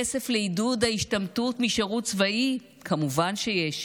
כסף לעידוד ההשתמטות משירות צבאי כמובן שיש,